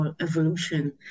evolution